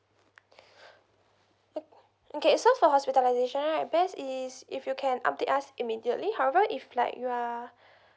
okay so for hospitalization right best is if you can update us immediately however if like you are